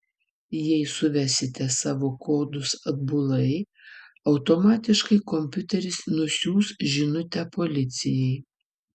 jei suvesite savo kodus atbulai automatiškai kompiuteris nusiųs žinutę policijai